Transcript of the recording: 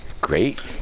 Great